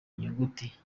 nyuguti